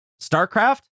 StarCraft